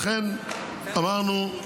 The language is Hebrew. לכן אמרנו,